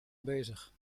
bezig